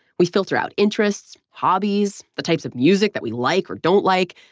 we filter out interests, hobbies, the types of music that we like or don't like.